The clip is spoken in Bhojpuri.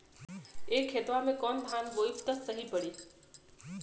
ए खेतवा मे कवन धान बोइब त सही पड़ी?